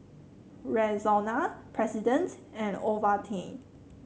Rexona President and Ovaltine